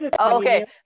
okay